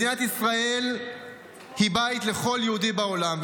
מדינת ישראל היא בית לכל יהודי בעולם,